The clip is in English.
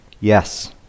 Yes